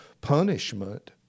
punishment